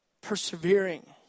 Persevering